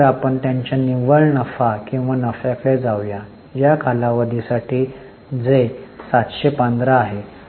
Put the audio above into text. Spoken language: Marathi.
तर आपण त्यांच्या निव्वळ नफा किंवा नफ्याकडे जाऊ या कालावधी साठी जे 715 आहे